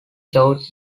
showed